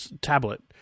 tablet